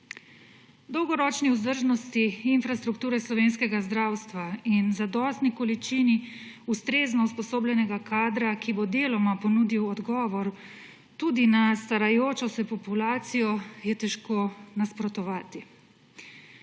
Dolgoročni vzdržnosti infrastrukture slovenskega zdravstva in zadostni količini ustrezno usposobljenega kadra, ki bo deloma ponudil odgovor tudi na starajočo se populacijo, je težko nasprotovati.